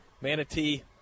Manatee